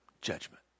judgment